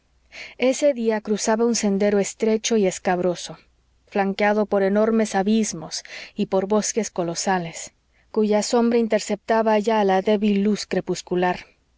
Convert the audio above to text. ese día cruzaba un sendero estrecho y escabroso flanqueado por enormes abismos y por bosques colosales cuya sombra interceptaba ya la débil luz crepuscular